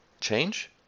change